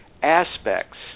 Aspects